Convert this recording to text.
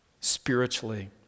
spiritually